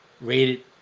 rated